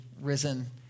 risen